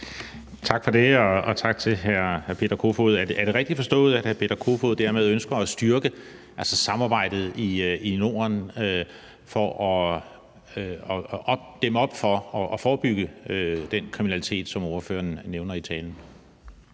Tak for det. Og tak til hr. Peter Kofod. Er det rigtigt forstået, at hr. Peter Kofod dermed ønsker at styrke samarbejdet i Norden for at dæmme op for og forebygge den kriminalitet, som ordføreren nævner i talen?